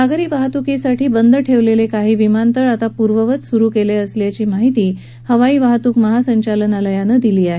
नागरी वाहतुकीसाठी बंद ठेवलेले काही विमानतळ आता पूर्ववत सुरु केले असल्याची माहिती नागरी उड्डाण वाहतूक महासंचालनालयानं दिली आहे